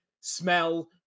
smell